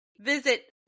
visit